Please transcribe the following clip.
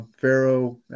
Pharaoh